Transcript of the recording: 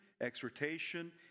exhortation